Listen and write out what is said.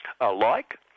Alike